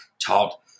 taught